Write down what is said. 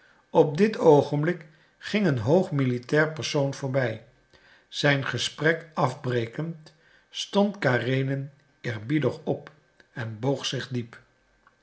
op dit oogenblik ging een hoog militair persoon voorbij zijn gesprek afbrekend stond karenin eerbiedig op en boog zich diep